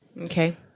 okay